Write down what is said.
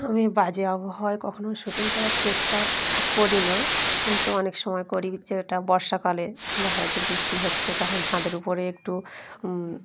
আমি বাজে আবহাওয়ায় কখনও শুটিং করার চেষ্টা করি না কিন্তু অনেক সময় করি যে ওটা বর্ষাকালে দেখা যাচ্ছে বৃষ্টি হচ্ছে তখন ছাদের উপরে একটু